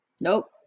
Nope